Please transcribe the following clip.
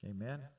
amen